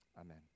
Amen